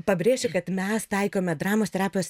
pabrėšiu kad mes taikome dramos terapijos